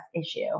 issue